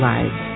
Lives